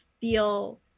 feel